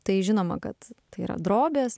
tai žinoma kad tai yra drobės